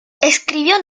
escribió